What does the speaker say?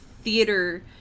theater